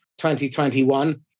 2021